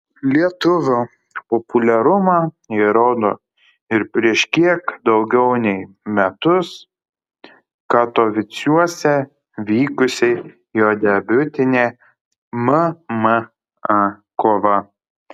lietuvio populiarumą įrodo ir prieš kiek daugiau nei metus katovicuose vykusi jo debiutinė mma kova